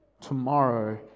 tomorrow